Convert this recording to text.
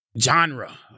genre